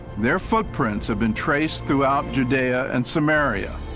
their footprints have been traced throughout judea and samaria,